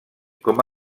com